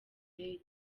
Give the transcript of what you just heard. indege